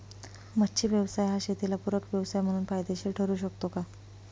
मच्छी व्यवसाय हा शेताला पूरक व्यवसाय म्हणून फायदेशीर ठरु शकतो का?